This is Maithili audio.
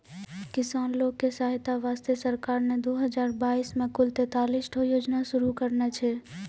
किसान लोग के सहायता वास्तॅ सरकार नॅ दू हजार बाइस मॅ कुल तेतालिस ठो योजना शुरू करने छै